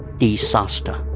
disaster